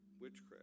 witchcraft